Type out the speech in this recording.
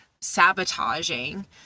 sabotaging